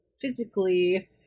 physically